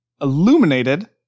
illuminated